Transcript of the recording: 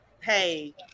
Hey